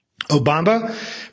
Obama